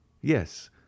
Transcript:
Yes